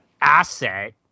asset